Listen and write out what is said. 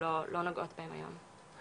לא נוגעות בהם היום.